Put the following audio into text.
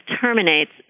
terminates